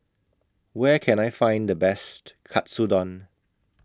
Where Can I Find The Best Katsudon